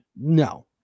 No